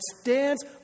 stands